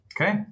Okay